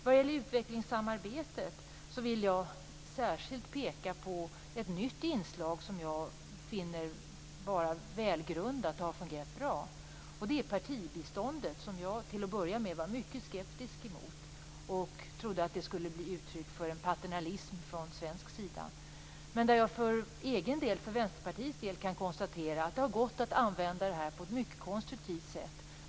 Vad gäller utvecklingssamarbetet vill jag särskilt peka på ett nytt inslag som jag finner vara välgrundat och som har fungerat bra. Det är partibiståndet, som jag till att börja med var mycket skeptisk till. Jag trodde att det skulle bli ett uttryck för en paternalism från svensk sida. Jag kan för Vänsterpartiets del konstatera att det har gått att använda det på ett mycket konstruktivt sätt.